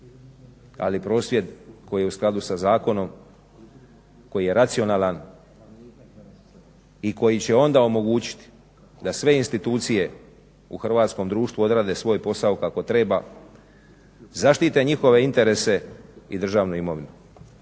ali prosvjed koji je u skladu sa zakonom, koji je racionalan i koji će onda omogućiti da sve institucije u hrvatskom društvu odrade svoj posao kako treba, zaštite njihove interese i državnu imovinu.